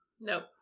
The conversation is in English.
Nope